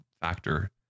factor